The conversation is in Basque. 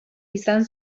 izan